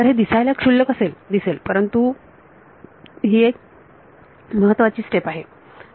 तर हे दिसायला क्षुल्लक दिसेल परंतु ही अतिशय महत्त्वाची स्टेप आहे